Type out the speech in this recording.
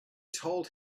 told